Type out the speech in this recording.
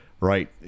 Right